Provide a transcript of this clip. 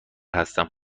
هستم